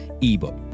ebook